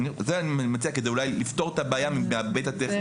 אני מציע את ההצעה כדי אולי לפתור את הבעיה בהיבט הטכני.